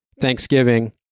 Thanksgiving